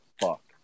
fuck